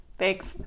Thanks